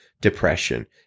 depression